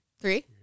three